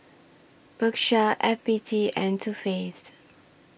Bershka F B T and Too Faced